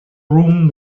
room